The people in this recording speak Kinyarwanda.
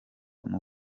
umu